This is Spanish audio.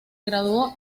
graduó